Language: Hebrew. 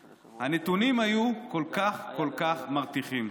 הנתונים היו כל כך כל כך מרתיחים.